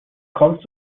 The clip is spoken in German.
kommst